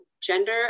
gender